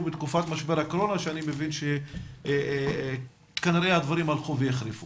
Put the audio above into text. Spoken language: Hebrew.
בתקופת משבר הקורונה ואני מבין שכנראה הדברים הלכו והחריפו.